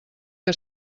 que